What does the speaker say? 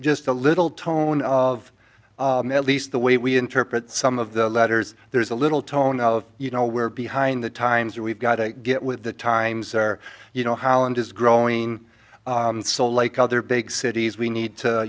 just a little tone of at least the way we interpret some of the letters there's a little tone of you know we're behind the times or we've got to get with the times or you know holland is growing so like other big cities we need to